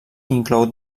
inclou